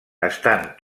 estan